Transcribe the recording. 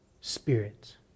spirit